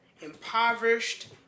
impoverished